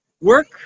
Work